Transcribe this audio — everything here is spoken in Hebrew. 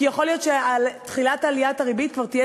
כי יכול להיות שתחילת עליית הריבית כבר תהיה,